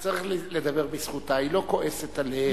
צריך לדבר בזכותה, היא לא כועסת עליהם.